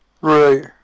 Right